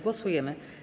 Głosujemy.